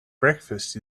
breakfast